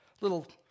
little